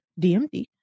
dmd